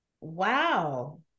wow